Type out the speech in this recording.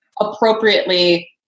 appropriately